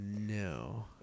No